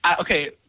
okay